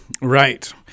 Right